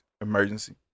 emergency